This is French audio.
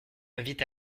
invite